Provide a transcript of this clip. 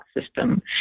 system